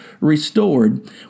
restored